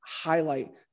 Highlight